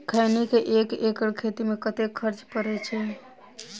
खैनी केँ एक एकड़ खेती मे कतेक खर्च परै छैय?